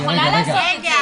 את יכולה לעשות את זה.